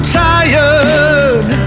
tired